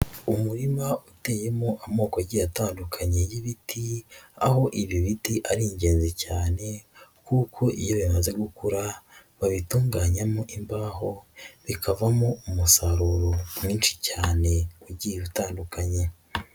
Umurima uteyemo amoko agiye atandukanye y'ibiti, aho ibi biti ari ingenzi cyane kuko iyo bimaze gukura babitunganyamo imbaho bikavamo umusaruro mwinshi cyane, ugiye utandukanye.